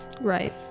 Right